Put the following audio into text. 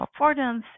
affordance